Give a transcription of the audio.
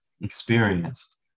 experienced